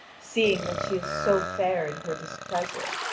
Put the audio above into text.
seeing that she is so fair in her displeasure?